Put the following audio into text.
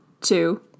two